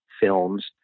films